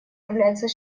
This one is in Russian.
является